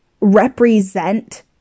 represent